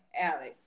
Alex